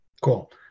Cool